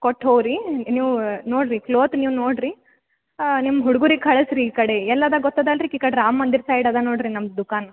ಕೊಟ್ಟು ಹೋಗ್ರಿ ನೀವು ನೋಡಿರಿ ಕ್ಲೋತ್ ನೀವು ನೋಡಿರಿ ನಿಮ್ಮ ಹುಡ್ಗರಿಗೆ ಕಳಿಸ್ ರೀ ಈ ಕಡೆ ಎಲ್ಲಿದೆ ಗೊತ್ತಿದೆ ಅಲ್ಲ ರೀ ಈ ಕಡೆ ರಾಮ ಮಂದಿರ ಸೈಡದೆ ನೋಡಿರಿ ನಮ್ಮ ದುಕಾನ್